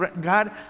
God